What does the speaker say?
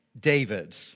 David